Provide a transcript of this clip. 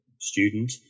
student